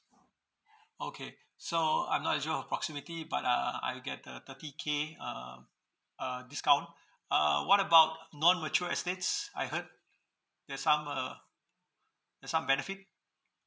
okay so I'm not eligible for proximity but uh uh I'll get the thirty K um uh discount uh what about non mature estates I heard there's some uh there's some benefit